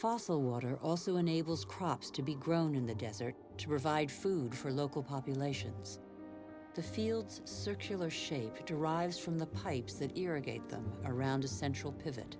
fossil water also enables crops to be grown in the desert to provide food for local populations the fields search oil or shape it derives from the pipes that irrigate them around a central pivot